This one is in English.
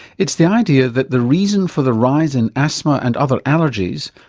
it's the idea that the reason for the rise in asthma and other allergies,